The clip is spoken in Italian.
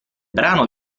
brano